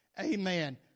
Amen